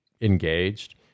engaged